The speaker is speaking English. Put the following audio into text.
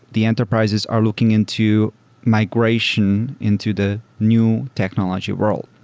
the enterprises are looking into migration into the new technology world.